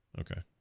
Okay